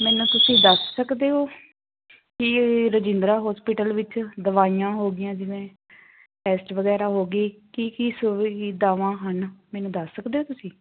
ਮੈਨੂੰ ਤੁਸੀਂ ਦੱਸ ਸਕਦੇ ਹੋ ਕਿ ਰਜਿੰਦਰਾ ਹੋਸਪਿਟਲ ਵਿੱਚ ਦਵਾਈਆਂ ਹੋ ਗਈਆਂ ਜਿਵੇਂ ਟੈਸਟ ਵਗੈਰਾ ਹੋ ਗਏ ਕੀ ਕੀ ਸੁਵਿਧਾਵਾਂ ਹਨ ਮੈਨੂੰ ਦੱਸ ਸਕਦੇ ਹੋ ਤੁਸੀਂ